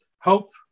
hope